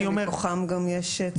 שמכוחם גם יש תמיכות למוסדות להנצחה.